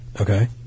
Okay